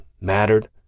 mattered